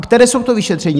Která jsou to vyšetření?